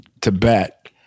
Tibet